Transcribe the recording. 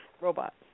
robots